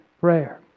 prayer